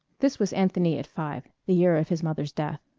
this was anthony at five, the year of his mother's death.